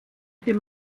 dem